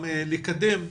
גם לקדם.